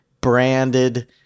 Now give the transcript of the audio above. branded